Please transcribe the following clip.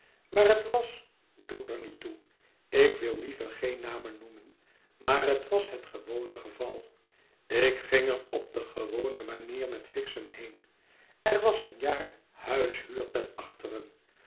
waar het was doet er niet toe ik wil liever geen namen noemen maar het was het gewone geval ik ging er op de gewone manier met fixem heen er was eenjaar huishuur ten achteren